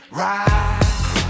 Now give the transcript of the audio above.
right